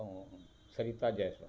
Sarita Jeswani